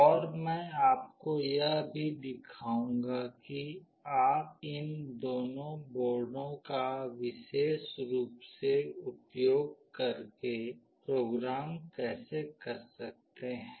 और मैं आपको यह भी दिखाऊंगी कि आप इन दोनों बोर्डों का विशेष रूप से उपयोग करके प्रोग्राम कैसे कर सकते हैं